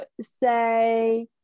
say